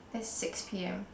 that's six p_m